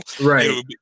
right